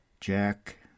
Jack